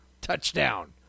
Touchdown